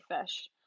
fish